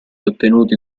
ottenuti